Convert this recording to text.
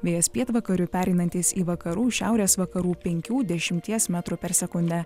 vėjas pietvakarių pereinantis į vakarų šiaurės vakarų penkių dešimties metrų per sekundę